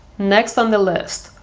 next on the list,